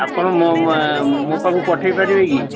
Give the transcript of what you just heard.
ଆପଣ ମୋ ମା ମୋ ପାଖକୁ ପଠେଇ ପାରିବେ କି